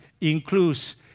includes